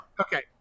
Okay